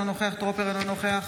אינה נוכחת יצחק שמעון וסרלאוף,